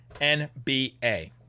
nba